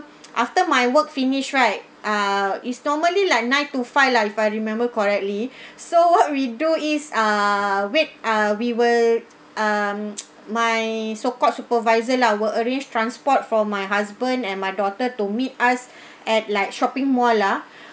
after my work finish right ah is normally like nine to five lah if I remember correctly so what we do is ah wait ah we were um my so called supervisor lah will arrange transport for my husband and my daughter to meet us at like shopping mall ah